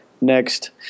next